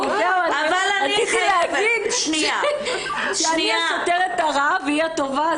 רציתי להגיד שאני השוטרת הרעה והיא הטובה,